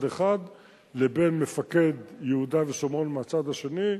אחד לבין מפקד יהודה ושומרון מהצד השני,